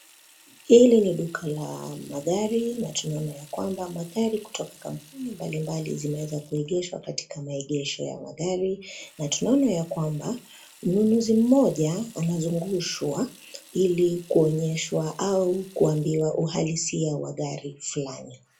Hili ni duka la magari na tunaona ya kwamba magari kutoka kampuni mbalimbali zimeweza kuegeshea katika maegesho ya magari. Na tunaona ya kwamba, mnunuzi mmoja, anazungushwa ili kuonyeshwa au kuambiwa uhalisia wa gari flani.